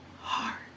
heart